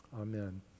Amen